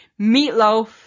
meatloaf